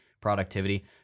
productivity